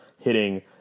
hitting